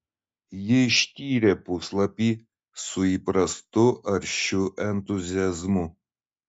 ji ištyrė puslapį su įprastu aršiu entuziazmu